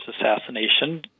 assassination